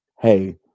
hey